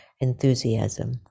enthusiasm